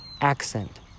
accent